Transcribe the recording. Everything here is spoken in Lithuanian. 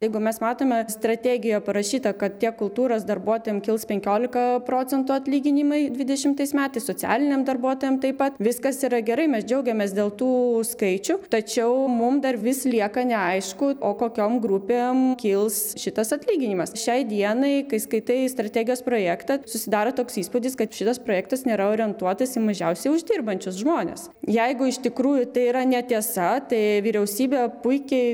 jeigu mes matome strategija parašyta kad tiek kultūros darbuotojams kils penkiolika procentų atlyginimai dvidešimais metais socialiniam darbuotojam taip pat viskas yra gerai mes džiaugiamės dėl tų skaičių tačiau mum dar vis lieka neaišku o kokiom grupėm kils šitas atlyginimas šiai dienai kai skaitai strategijos projektą susidaro toks įspūdis kad šitas projektas nėra orientuotas į mažiausiai uždirbančius žmones jeigu iš tikrųjų tai yra netiesa tai vyriausybė puikiai